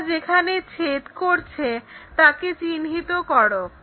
এটা যেখানে ছেদ করছে তাকে চিহ্নিত করো